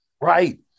Right